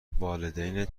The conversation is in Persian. والدینت